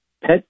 Pet